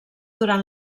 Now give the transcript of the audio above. durant